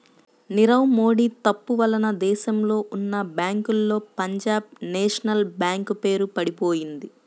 నీరవ్ మోడీ తప్పు వలన దేశంలో ఉన్నా బ్యేంకుల్లో పంజాబ్ నేషనల్ బ్యేంకు పేరు పడిపొయింది